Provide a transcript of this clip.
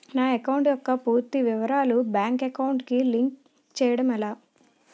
నా అకౌంట్ యెక్క పూర్తి వివరాలు బ్యాంక్ అకౌంట్ కి లింక్ చేయడం ఎలా?